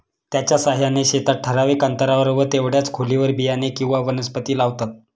त्याच्या साहाय्याने शेतात ठराविक अंतरावर व तेवढ्याच खोलीवर बियाणे किंवा वनस्पती लावतात